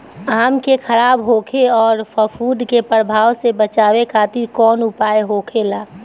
आम के खराब होखे अउर फफूद के प्रभाव से बचावे खातिर कउन उपाय होखेला?